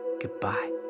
goodbye